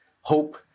hope